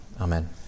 Amen